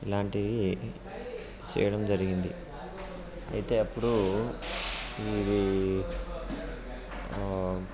ఇలాంటివి చేయడం జరిగింది అయితే అప్పుడు ఇదీ